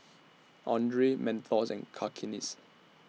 Andre Mentos and Cakenis